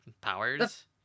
powers